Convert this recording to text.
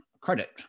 credit